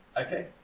Okay